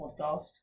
podcast